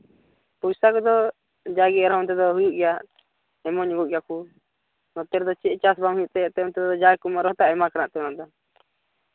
ᱯᱚᱭᱥᱟ ᱠᱚᱫᱚ ᱡᱟᱜᱮ ᱚᱱᱛᱮ ᱨᱮᱫᱚ ᱦᱩᱭᱩᱜ ᱜᱮᱭᱟ ᱮᱢᱟᱱ ᱮᱢᱚᱜ ᱜᱮᱭᱟ ᱠᱚ ᱱᱚᱛᱮ ᱨᱮᱫᱚ ᱪᱮᱫ ᱪᱟᱥ ᱵᱟᱝ ᱦᱩᱭᱩᱜ ᱛᱮ ᱮᱱᱛᱮᱫ ᱚᱱᱛᱮ ᱨᱮᱫᱚ ᱡᱟᱜᱮᱠᱚ ᱮᱢᱚᱜ ᱨᱮᱦᱚᱸ ᱛᱚ ᱟᱭᱢᱟ ᱠᱟᱱᱟ ᱚᱱᱟᱫᱚ